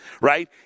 right